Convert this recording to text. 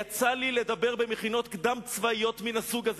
יצא לי לדבר במכינות קדם-צבאיות מן הסוג הזה.